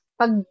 pag